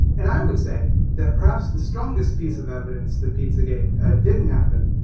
and i would say that perhaps the strongest piece of evidence that pizzagate didn't happen,